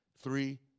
Three